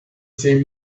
same